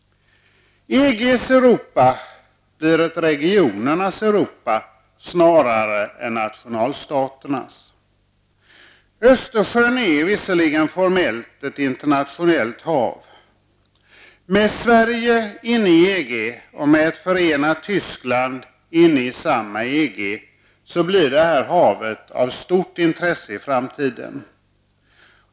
EGs Europa är ett regionernas Europa snarare än nationalstaternas. Östersjön är visserligen formellt ett internationellt hav. Men med Sverige inne i EG och med ett förenat Tyskland inne i samma EG, blir detta hav av stort intresse i framtiden.